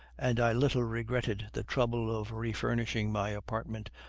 and i little regretted the trouble of refurnishing my apartment,